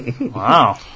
Wow